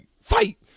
Fight